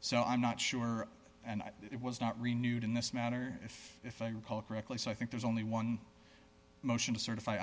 so i'm not sure and it was not renewed in this matter if if i recall correctly so i think there's only one motion to certify